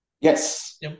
Yes